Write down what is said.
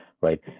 right